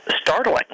startling